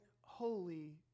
holy